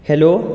hello